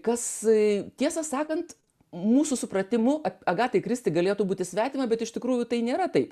kas tiesą sakant mūsų supratimu agatai kristi galėtų būti svetima bet iš tikrųjų tai nėra taip